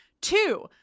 Two